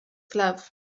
glove